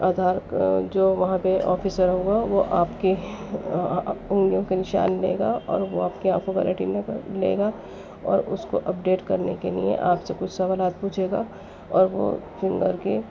آدھار جو وہاں پہ آفیسر ہوگا وہ آپ کے انگلیوں کے نشان لے گا اور وہ آپ کے آنکھوں کا لے گا اور اس کو اپ ڈیٹ کرنے کے لیے آپ سے کچھ سوالات پوچھے گا اور وہ فنگر کی